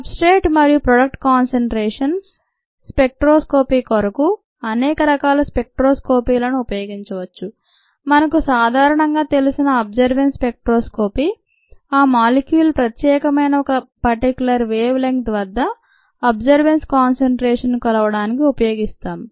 substrate మరియు product concentrations spectroscopy కొరకు అనేక రకాల స్పెక్ట్రోస్కోపీలను ఉపయోగించవచ్చు మనకు సాధారణంగా తెలిసిన అబ్జెర్బెన్స్ స్పెక్ట్రోస్కోపీ ఆ మాలిక్యూల్ ప్రత్యేకమైన ఒక పర్టిక్యులర్ వేవ్ లెంత్ వద్ద అబ్జెర్బెన్స్ కాన్సెన్ట్రేషన్స్ ను కొలవడానికి ఉపయోగిస్తాము